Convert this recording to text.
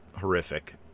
horrific